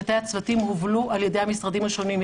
תתי-הצוותים הובלו על ידי המשרדים השונים.